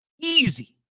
Easy